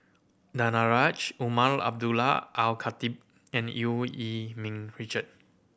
Danaraj Umar Abdullah Al Khatib and Eu Yee Ming Richard